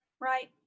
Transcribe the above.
right